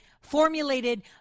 formulated